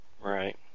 Right